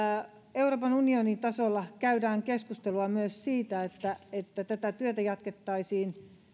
euroopan unionin tasolla käydään keskustelua myös siitä että että tätä työtä jatkettaisiin